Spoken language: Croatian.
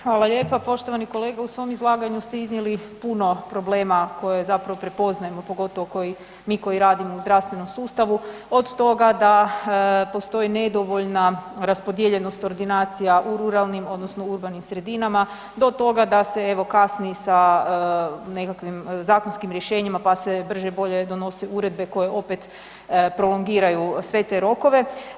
Hvala lijepa poštovani kolega, u svom izlaganju ste iznijeli puno problema koje zapravo prepoznajemo, pogotovo mi koji radimo u zdravstvenom sustavu, od toga da postoji nedovoljna raspodijeljenost ordinacija u ruralnim odnosno urbanim sredinama, do toga da se evo, kasni sa nekakvim zakonskim rješenjima, pa se brže-bolje donose uredbe koje opet prolongiraju sve te rokove.